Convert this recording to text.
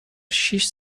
شیش